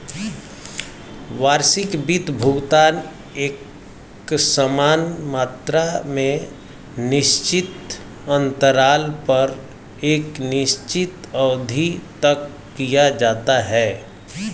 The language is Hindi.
वार्षिक वित्त भुगतान एकसमान मात्रा में निश्चित अन्तराल पर एक निश्चित अवधि तक किया जाता है